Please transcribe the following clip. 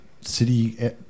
city